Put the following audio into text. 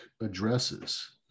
addresses